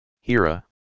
Hira